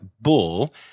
bull